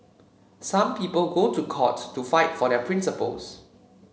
some people go to court to fight for their principles